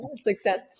success